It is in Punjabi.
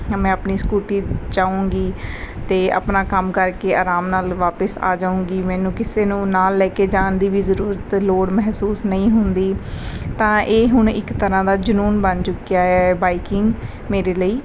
ਜਾਂ ਮੈਂ ਆਪਣੀ ਸਕੂਟੀ ਜਾਊਂਗੀ ਅਤੇ ਆਪਣਾ ਕੰਮ ਕਰਕੇ ਆਰਾਮ ਨਾਲ ਵਾਪਿਸ ਆ ਜਾਊਂਗੀ ਮੈਨੂੰ ਕਿਸੇ ਨੂੰ ਨਾਲ ਲੈ ਕੇ ਜਾਣ ਦੀ ਵੀ ਜ਼ਰੂਰਤ ਲੋੜ ਮਹਿਸੂਸ ਨਹੀਂ ਹੁੰਦੀ ਤਾਂ ਇਹ ਹੁਣ ਇੱਕ ਤਰ੍ਹਾਂ ਦਾ ਜਨੂੰਨ ਬਣ ਚੁੱਕਿਆ ਹੈ ਬਾਈਕਿੰਗ ਮੇਰੇ ਲਈ